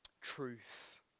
truth